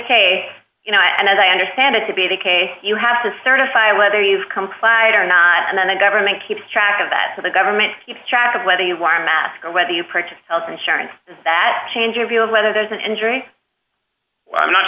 case you know and as i understand it to be the case you have to certify whether you've complied or not and then the government keeps track of that so the government keeps track of whether you are mask or whether you purchase health insurance that change your view of whether there's an injury well i'm not